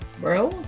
bro